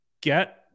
get